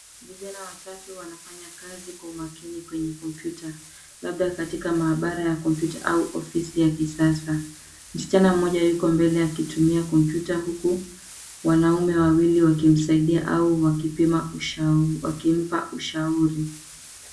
Vijana watatu wanafanya kazi kwa umakini kwenye kompyuta, labda katika maabara ya kompyuta, au ofisi ya kisasa. Msichana mmoja yuko mbele akitumia kompyuta huku, wanaume wawili wakimsaidia, au wakipima ushauri, wakimpa ushauri.